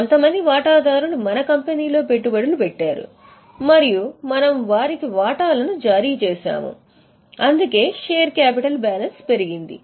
కొంతమంది వాటాదారులు మన కంపెనీలో పెట్టుబడులు పెట్టారు మరియు మనము వారికి వాటాలను జారీ చేసాము అందుకే షేర్ క్యాపిటల్ బ్యాలెన్స్ పెరిగింది